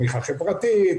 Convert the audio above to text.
תמיכה חברתית,